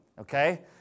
okay